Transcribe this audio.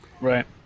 Right